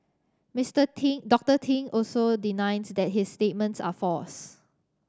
Mister Ting Doctor Ting also denies that his statements are false